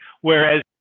Whereas